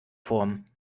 formen